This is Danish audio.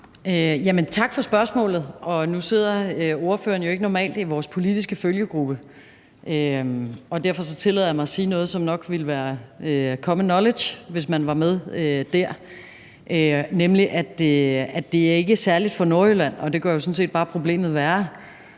Tak for spørgsmålet. Nu sidder ordføreren jo normalt ikke i vores politiske følgegruppe, og derfor tillader jeg mig at sige noget, som nok ville være common knowledge, hvis man var med der, nemlig at det ikke er særlig for Nordjylland, og det gør jo sådan set bare problemet værre.